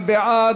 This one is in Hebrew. רבותי, מי בעד?